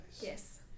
yes